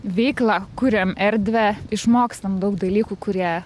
veiklą kuriam erdvę išmokstam daug dalykų kurie